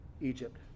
Egypt